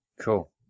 Cool